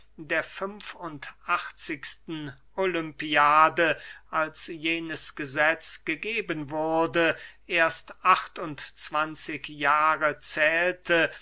der fünf und achtzigsten olympiade als jenes gesetz gegeben wurde erst acht und zwanzig jahre zählte